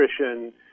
nutrition